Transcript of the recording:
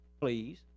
please